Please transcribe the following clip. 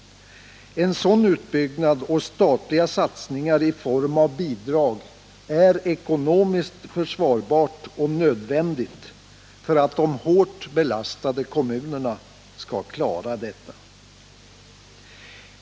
En sådan utbyggnad är ekonomiskt försvarbar och statliga satsningar i form av bidrag nödvändiga, för att de hårt belastade kommunerna skall klara den.